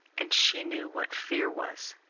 and she knew what fear was!